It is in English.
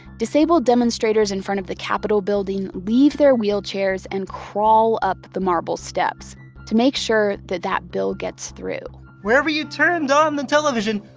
disabled demonstrators in front of the capitol building leave their wheelchairs and crawl up the marble steps to make sure that that bill gets through wherever you turned on the television,